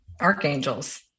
archangels